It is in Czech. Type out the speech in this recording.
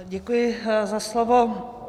Děkuji za slovo.